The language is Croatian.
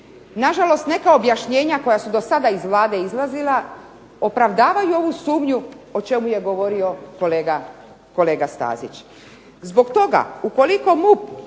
Nažalost neka objašnjenja koja su do sada iz Vlade izlazila opravdavaju ovu sumnju o čemu je govorio kolega Stazić. Zbog toga ukoliko MUP